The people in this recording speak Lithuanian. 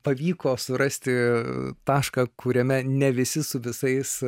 pavyko surasti tašką kuriame ne visi su visais